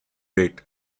date